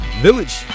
Village